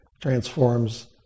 transforms